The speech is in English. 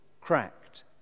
cracked